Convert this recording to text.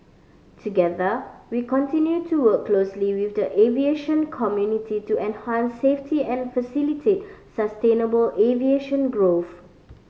together we continue to work closely with the aviation community to enhance safety and facilitate sustainable aviation growth